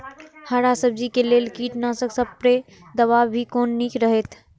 हरा सब्जी के लेल कीट नाशक स्प्रै दवा भी कोन नीक रहैत?